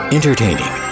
Entertaining